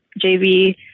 JV